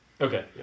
okay